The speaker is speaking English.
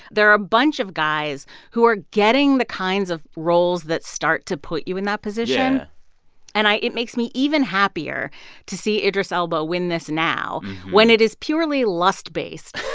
there are a bunch of guys who are getting the kinds of roles that start to put you in that position. yeah and i it makes me even happier to see idris elba win this now when it is purely lust-based.